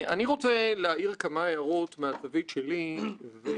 עוצמה אדירה של הבנקים והמוסדות הפיננסיים.